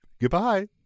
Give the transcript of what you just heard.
goodbye